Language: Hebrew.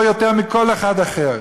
אז עכשיו אל תפריעו ותנו לי לסיים.